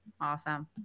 Awesome